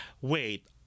wait